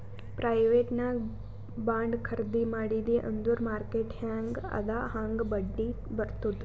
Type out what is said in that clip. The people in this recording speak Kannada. ಪ್ರೈವೇಟ್ ನಾಗ್ ಬಾಂಡ್ ಖರ್ದಿ ಮಾಡಿದಿ ಅಂದುರ್ ಮಾರ್ಕೆಟ್ ಹ್ಯಾಂಗ್ ಅದಾ ಹಾಂಗ್ ಬಡ್ಡಿ ಬರ್ತುದ್